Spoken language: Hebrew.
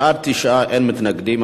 בעד, 9, אין מתנגדים.